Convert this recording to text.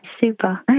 Super